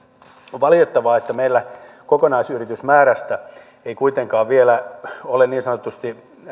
on valitettavaa että meillä kokonaisyritysmäärästä ei kuitenkaan vielä ole niin sanotusti